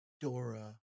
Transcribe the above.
Dora